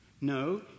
No